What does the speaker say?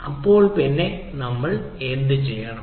പിന്നെ അപ്പോൾ നമ്മൾ എന്തുചെയ്യും